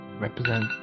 represent